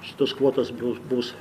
šitos kvotos bu bus